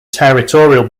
territorial